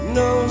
no